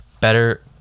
better